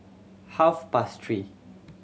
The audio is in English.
half past three